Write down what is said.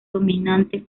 dominante